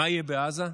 מה יהיה בעזה?